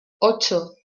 ocho